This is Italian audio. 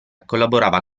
collaborava